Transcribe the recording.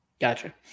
Gotcha